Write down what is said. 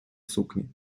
сукні